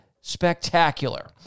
spectacular